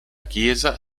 chiesa